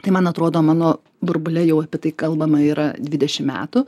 tai man atrodo mano burbule jau apie tai kalbama yra dvidešim metų